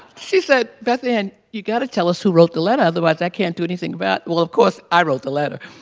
she said bethann, you gotta tell us who wrote the letter otherwise i can't do anything about-' well of course, i wrote the letter.